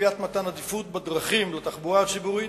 לקביעת מתן עדיפות בדרכים לתחבורה הציבורית,